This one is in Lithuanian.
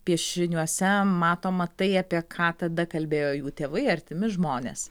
piešiniuose matoma tai apie ką tada kalbėjo jų tėvai artimi žmonės